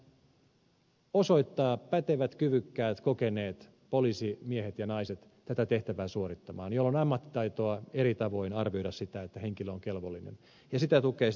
pitää olla osoittaa tätä tehtävää suorittamaan pätevät kyvykkäät kokeneet poliisimiehet ja naiset joilla on ammattitaitoa eri tavoin arvioida sitä että henkilö on kelvollinen ja sitä tukevat sitten muut viranomaiset